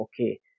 okay